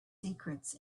secrets